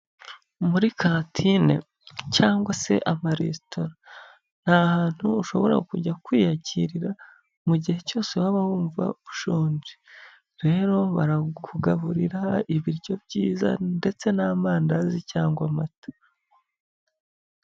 Muri Kantine cyangwa se amaresitora ni ahantu ushobora kujya kwiyakirira mu gihe cyose waba wumva ushonje. Rero barakugaburira ibiryo byiza ndetse n'amandazi cyangwa amata.